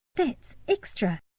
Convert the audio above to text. that's extra!